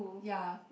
ya